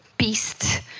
Beast